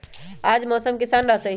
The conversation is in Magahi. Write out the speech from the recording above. आज मौसम किसान रहतै?